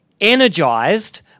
energized